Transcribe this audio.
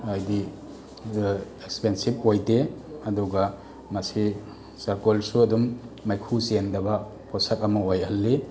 ꯍꯥꯏꯗꯤ ꯑꯦꯛꯄꯦꯟꯁꯤꯞ ꯑꯣꯏꯗꯦ ꯑꯗꯨꯒ ꯃꯁꯤ ꯆꯥꯔꯀꯣꯜꯁꯨ ꯑꯗꯨꯝ ꯃꯩꯈꯨ ꯆꯦꯟꯗꯕ ꯄꯣꯠꯁꯛ ꯑꯃ ꯑꯣꯏꯍꯜꯂꯤ